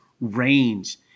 range